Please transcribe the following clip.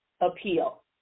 appeal